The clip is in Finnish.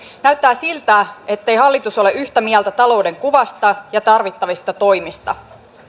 näyttää siltä ettei hallitus ole yhtä mieltä talouden kuvasta ja tarvittavista toimista